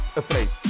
afraid